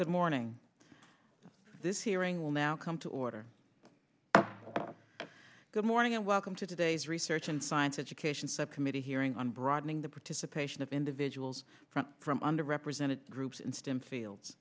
good morning this hearing will now come to order good morning and welcome to today's research and science education subcommittee hearing on broadening the participation of individuals from under represented groups in stem fields